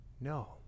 No